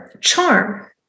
charm